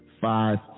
Five